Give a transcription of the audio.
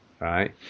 Right